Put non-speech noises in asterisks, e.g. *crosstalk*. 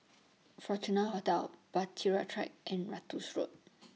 Fortuna Hotel Bahtera Track and Ratus Road *noise*